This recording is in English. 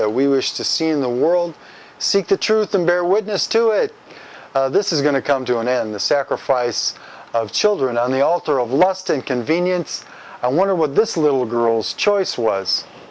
that we wish to see in the world seek the truth and bear witness to it this is going to come to an end the sacrifice of children on the altar of lust and convenience i wonder what this little girl's choice was